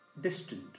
distant